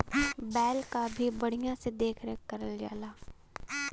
बैल क भी बढ़िया से देख रेख करल जाला